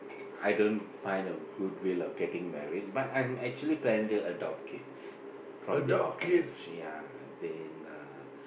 I don't find a good will of getting married but I'm actually planning to adopt kids from the orphanage ya then uh